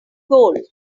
goal